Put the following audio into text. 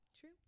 True